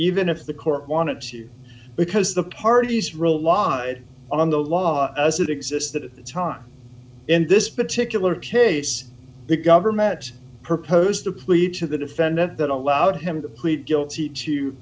even if the court wanted to because the parties relied on the law as it existed at the time in this particular case the government proposed a plea to the defendant that allowed him to plead guilty to